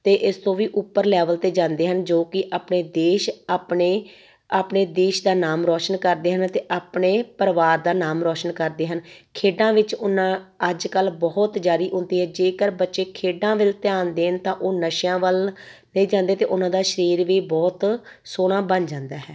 ਅਤੇ ਇਸ ਤੋਂ ਵੀ ਉੱਪਰ ਲੈਵਲ 'ਤੇ ਜਾਂਦੇ ਹਨ ਜੋ ਕਿ ਆਪਣੇ ਦੇਸ਼ ਆਪਣੇ ਆਪਣੇ ਦੇਸ਼ ਦਾ ਨਾਮ ਰੌਸ਼ਨ ਕਰਦੇ ਹਨ ਅਤੇ ਆਪਣੇ ਪਰਿਵਾਰ ਦਾ ਨਾਮ ਰੌਸ਼ਨ ਕਰਦੇ ਹਨ ਖੇਡਾਂ ਵਿੱਚ ਉਹਨਾਂ ਅੱਜ ਕੱਲ੍ਹ ਬਹੁਤ ਜ਼ਿਆਦਾ ਉੱਨਤੀ ਹੈ ਜੇਕਰ ਬੱਚੇ ਖੇਡਾਂ ਵੱਲ ਧਿਆਨ ਦੇਣ ਤਾਂ ਉਹ ਨਸ਼ਿਆਂ ਵੱਲ ਨਹੀਂ ਜਾਂਦੇ ਅਤੇ ਉਹਨਾਂ ਦਾ ਸਰੀਰ ਵੀ ਬਹੁਤ ਸੋਹਣਾ ਬਣ ਜਾਂਦਾ ਹੈ